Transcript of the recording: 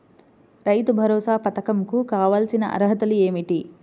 రైతు భరోసా పధకం కు కావాల్సిన అర్హతలు ఏమిటి?